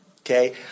Okay